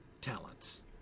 talents